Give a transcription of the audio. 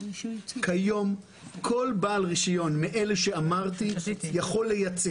כיום כל בעל רישיון מאלה שאמרתי יכול לייצא.